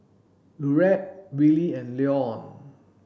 Laurette Willie and Leon